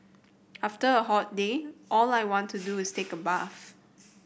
after a hot day all I want to do is take a bath